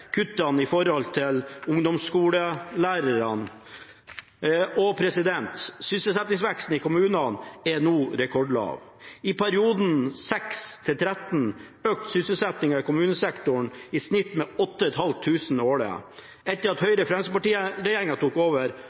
kuttene når det gjelder ungdomsskolelærere. Sysselsettingsveksten i kommunene er nå rekordlav. I perioden 2006–2013 økte sysselsettingen i kommunesektoren med i snitt 8 500 årlig. Etter at Høyre–Fremskrittsparti-regjeringen tok over,